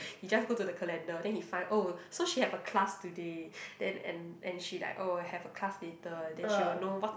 he just go to the calendar then he find oh so she have a class today then and and she like oh have a class later then she will know what